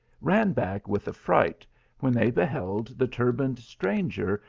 ran back with affright, when they beheld the turbaned stranger,